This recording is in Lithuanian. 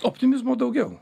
optimizmo daugiau